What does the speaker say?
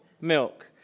milk